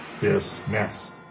dismissed